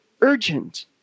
urgent